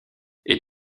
est